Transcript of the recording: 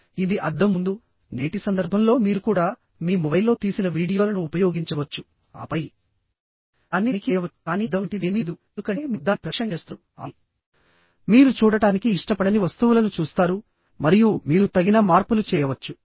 ఇది అద్దం ముందు నేటి సందర్భంలో మీరు కూడా మీ మొబైల్లో తీసిన వీడియోలను ఉపయోగించవచ్చు ఆపై దాన్ని తనిఖీ చేయవచ్చుకానీ అద్దం లాంటిది ఏమీ లేదు ఎందుకంటే మీరు దానిని ప్రత్యక్షంగా చేస్తున్నారు ఆపై మీరు చూడటానికి ఇష్టపడని వస్తువులను చూస్తారు మరియు మీరు తగిన మార్పులు చేయవచ్చు